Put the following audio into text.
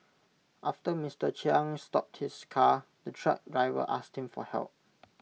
after Mister Chiang stopped his car the truck driver asked him for help